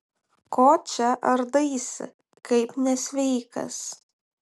ko čia ardaisi kaip nesveikas